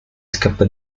scappa